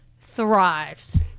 thrives